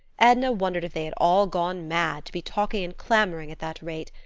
edna wondered if they had all gone mad, to be talking and clamoring at that rate.